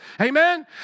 Amen